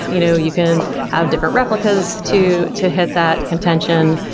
you know you can have different replicas to to hit that contention.